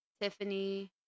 Tiffany